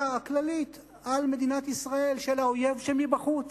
הכללית על מדינת ישראל של האויב שמבחוץ,